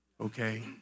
okay